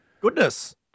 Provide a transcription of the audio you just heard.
goodness